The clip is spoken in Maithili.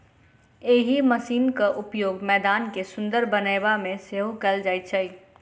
एहि मशीनक उपयोग मैदान के सुंदर बनयबा मे सेहो कयल जाइत छै